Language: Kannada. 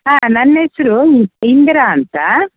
ಹಾಂ ನನ್ನ ಹೆಸರು ಇಂದಿರಾ ಅಂತ